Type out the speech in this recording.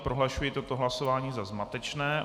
Prohlašuji toto hlasování za zmatečné.